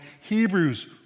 Hebrews